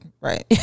right